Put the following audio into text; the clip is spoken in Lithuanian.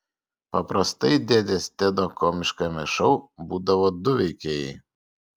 paprastai dėdės tedo komiškajame šou būdavo du veikėjai